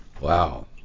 Wow